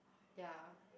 ya